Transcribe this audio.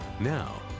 Now